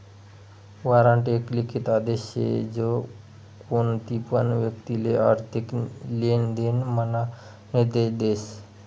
warrant एक लिखित आदेश शे जो कोणतीपण व्यक्तिले आर्थिक लेनदेण म्हा निर्देश देस